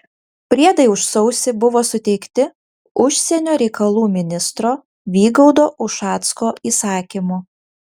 priedai už sausį buvo suteikti užsienio reikalų ministro vygaudo ušacko įsakymu